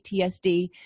PTSD